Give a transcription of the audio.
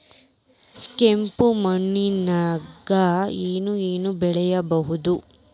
ಕೆಂಪು ಮಣ್ಣದಾಗ ಏನ್ ಏನ್ ಬೆಳಿಬೊದು?